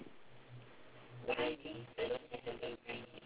ya cause mine is only designer hat pins don't have the